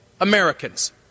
Americans